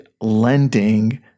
Lending